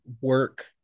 work